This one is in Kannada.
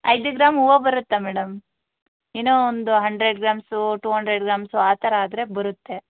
ಐದು ಗ್ರಾಮ್ ಹೂವು ಬರುತ್ತಾ ಮೇಡಮ್ ಏನೋ ಒಂದು hundred grams to hundred grams ಆ ಥರ ಆದರೆ ಬರುತ್ತೆ